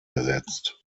ersetzt